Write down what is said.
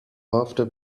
after